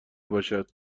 باشد